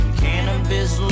cannabis